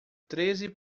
treze